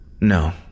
No